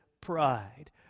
pride